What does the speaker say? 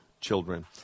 children